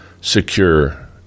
secure